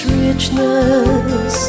richness